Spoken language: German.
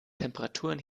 temperaturen